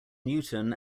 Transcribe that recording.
newton